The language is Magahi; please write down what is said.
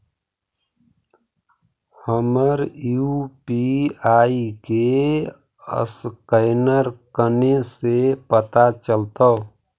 हमर यु.पी.आई के असकैनर कने से पता चलतै?